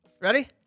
Ready